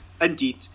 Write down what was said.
indeed